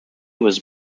was